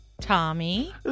Tommy